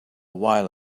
while